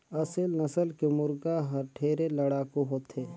असेल नसल के मुरगा हर ढेरे लड़ाकू होथे